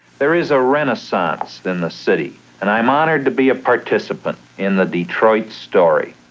there is a renaissance in the city and i'm honored to be a participant in the detroit story.